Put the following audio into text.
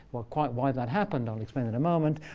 quite why that happened i'll explain in a moment.